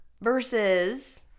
versus